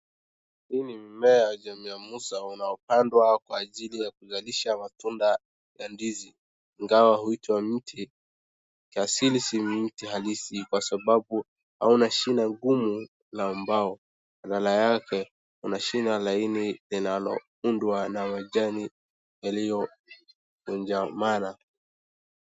Hii mmea jamii ya musa unaopandwa kwa ajili ya kunzalisha matunda ya ndizi. Ingawa uchi wa mti kiasili si mti halisi kwa sababu hauna shine ngumu la bao badala yake una shina laini linaloundwa na majani yaliyovunjamana.